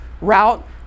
route